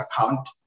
account